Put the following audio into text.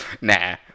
nah